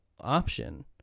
option